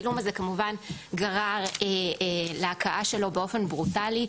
הצילום הזה כמובן גרר להכאה שלו באופן ברוטאלי,